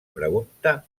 pregunta